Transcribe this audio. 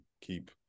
keep